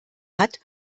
hat